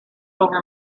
over